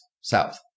south